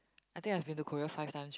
I think I been to Korea five times